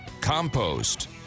compost